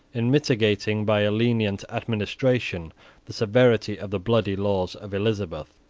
in mitigating by a lenient administration the severity of the bloody laws of elizabeth,